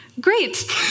great